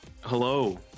Hello